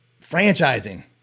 franchising